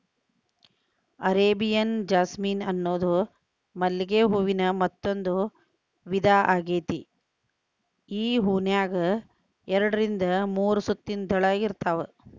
Arabian jasmine ಅನ್ನೋದು ಮಲ್ಲಿಗೆ ಹೂವಿನ ಮತ್ತಂದೂ ವಿಧಾ ಆಗೇತಿ, ಈ ಹೂನ್ಯಾಗ ಎರಡರಿಂದ ಮೂರು ಸುತ್ತಿನ ದಳ ಇರ್ತಾವ